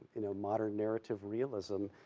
you know, modern narrative realism,